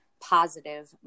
positive